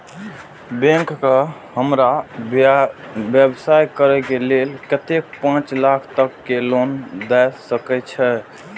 Bank का हमरा व्यवसाय करें के लेल कतेक पाँच लाख तक के लोन दाय सके छे?